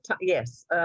yes